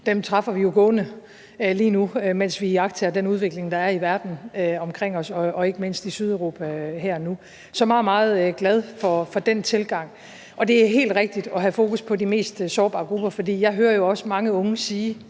der træffes, som vi træffer lige nu, mens vi iagttager den udvikling, der er i verden omkring os, og ikke mindst i Sydeuropa, her og nu. Så jeg er meget, meget glad for den tilgang. Og det er helt rigtigt at have fokus på de mest sårbare grupper, for jeg hører jo også mange unge sige